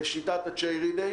בשיטת ה-charidy.